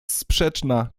sprzeczna